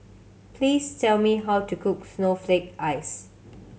please tell me how to cook snowflake ice